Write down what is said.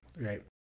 right